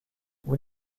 vous